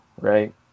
right